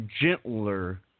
gentler